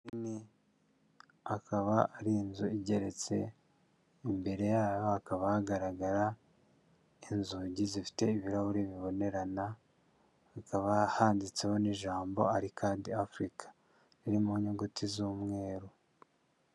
Akaba ari inzu igeretse, imbere yaho hakaba hagaragara inzugi zifite ibirahuri bibonerana hakaba handitseho n'ijambo arikade afurika riri mu nyuguti z'umweru.